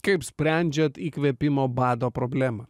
kaip sprendžiat įkvėpimo bado problemą